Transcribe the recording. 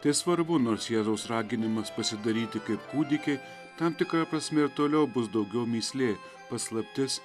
tai svarbu nors jėzaus raginimas pasidaryti kaip kūdikiai tam tikra prasme ir toliau bus daugiau mįslė paslaptis